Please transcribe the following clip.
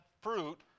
fruit